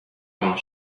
while